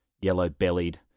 yellow-bellied